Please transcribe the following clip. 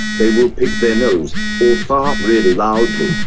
they will pick their nose or fart really loudly.